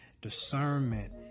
Discernment